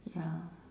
ya